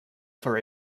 for